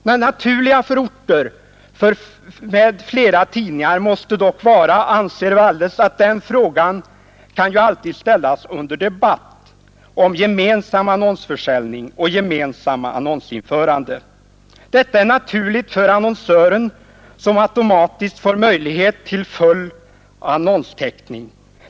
Det naturliga för orter med flera tidningar måste dock vara, anser Walles — och den frågan kan ju alltid ställas under debatt — gemensam annonsförsäljning och gemensamt annonsinförande. Detta är naturligt för annonsören, som automatiskt får möjlighet till full marknadstäckning.